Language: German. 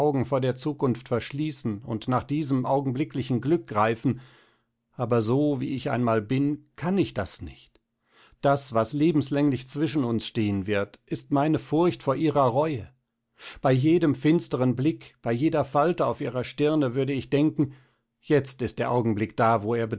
vor der zukunft verschließen und nach diesem augenblicklichen glück greifen aber so wie ich einmal bin kann ich das nicht das was lebenslänglich zwischen uns stehen wird ist meine furcht vor ihrer reue bei jedem finsteren blick bei jeder falte auf ihrer stirne würde ich denken jetzt ist der augenblick da wo er